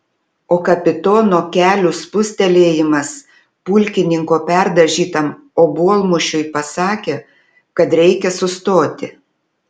o kapitono kelių spustelėjimas pulkininko perdažytam obuolmušiui pasakė kad reikia sustoti